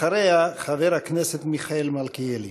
אחריה, חבר הכנסת מיכאל מלכיאלי.